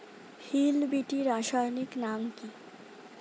Hill BT রাসায়নিক নাম কি?